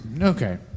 Okay